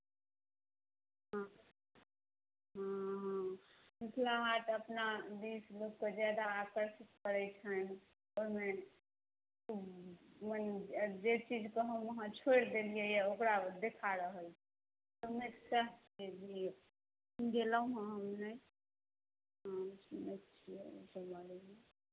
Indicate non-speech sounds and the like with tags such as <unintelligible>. हँ हँ हँ मिथिला हाट अपना देश लोकके ज्यादा आकर्षित करै छनि ओहिमे जे चीजकेँ हम अहाँ छोड़ि देलियैए ओकरा देखा रहल छै <unintelligible> सुनै छियै सएह गेलहुँ हेँ हम नहि